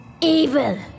evil